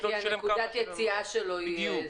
לו לשלם --- כי נקודת היציאה שלו היא --- בדיוק.